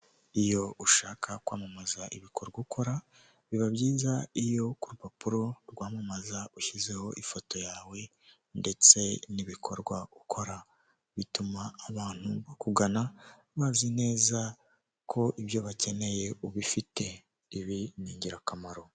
Amafaranga y'amanyamahanga yo mu gihugu cy'ubuhinde yo muri banki rizavu y'ubuhinde, ikaba ari amafaranga magana cyenda afite ishusho ya mahati magandi.